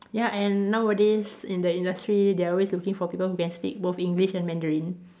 ya and nowadays in the industry they are always looking for people who can speak both English and Mandarin